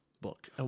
book